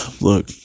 Look